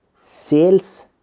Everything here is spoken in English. sales